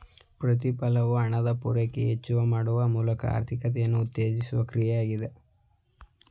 ಪ್ರತಿಫಲನವು ಹಣದ ಪೂರೈಕೆಯನ್ನು ಹೆಚ್ಚು ಮಾಡುವ ಮೂಲಕ ಆರ್ಥಿಕತೆಯನ್ನು ಉತ್ತೇಜಿಸುವ ಕ್ರಿಯೆ ಆಗಿದೆ